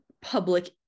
public